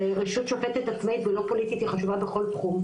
ורשות שופטת עצמאית ולא פוליטית היא חשובה בכל תחום,